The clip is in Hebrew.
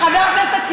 שאלה.